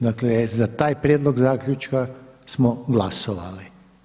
Dakle, za taj prijedlog zaključka smo glasovali.